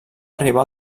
arribar